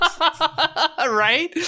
right